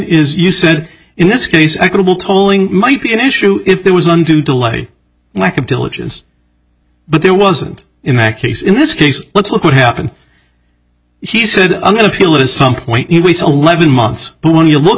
is you said in this case equitable tolling might be an issue if there was undue delay lack of diligence but there wasn't in that case in this case let's look what happened he said i'm going to feel it is some point in weeks eleven months but when you look